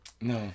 No